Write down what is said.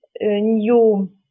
new